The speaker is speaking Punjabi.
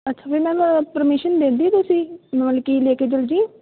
ਅੱਛਾ ਫਿਰ ਮੈਮ ਪਰਮਿਸ਼ਨ ਦੇ ਤੀ ਤੁਸੀਂ ਮਤਲਬ ਕਿ ਲੈ ਕੇ ਚੱਲ ਜੀਏ